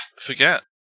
forget